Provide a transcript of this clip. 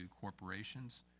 corporations